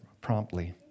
promptly